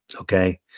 Okay